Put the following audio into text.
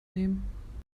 nehmen